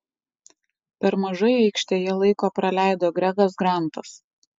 per mažai aikštėje laiko praleido gregas grantas